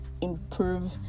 improve